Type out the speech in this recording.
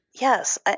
Yes